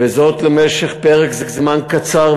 וזה למשך פרק זמן קצר,